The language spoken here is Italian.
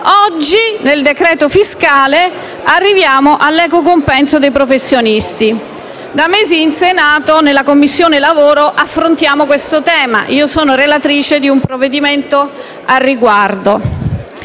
Oggi, nel decreto-legge fiscale, arriviamo all'equo compenso dei professionisti. Da mesi in Senato, nella Commissione lavoro, affrontiamo questo tema e io sono relatrice di un provvedimento al riguardo.